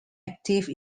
active